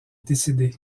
décédé